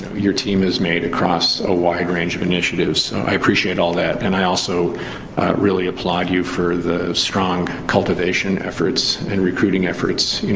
your team has made across a wide range of initiatives. i appreciate all that. and i also really applaud you for the strong cultivation efforts and recruiting efforts